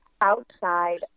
outside